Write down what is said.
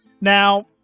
Now